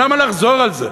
למה לחזור על זה?